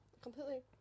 Completely